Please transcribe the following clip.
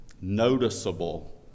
noticeable